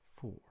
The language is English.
four